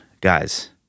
guys